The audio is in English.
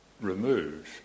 removed